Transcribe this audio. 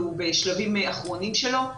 והוא בשלבים אחרונים שלו,